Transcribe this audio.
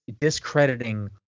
discrediting